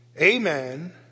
amen